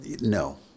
No